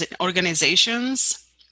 organizations